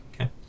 Okay